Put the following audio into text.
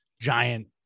giant